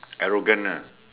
arrogant lah